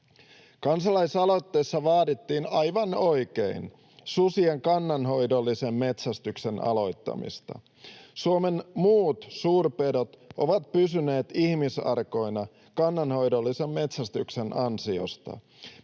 Kansalaisaloitteessa vaadittiin, aivan oikein, susien kannanhoidollisen metsästyksen aloittamista. Suomen muut suurpedot ovat pysyneet ihmisarkoina kannanhoidollisen metsästyksen ansiosta.